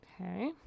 okay